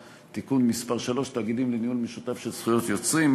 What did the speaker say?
(תיקון מס' 3) (תאגידים לניהול משותף של זכויות יוצרים),